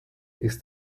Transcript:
ist